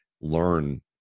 learn